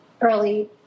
early